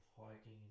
hiking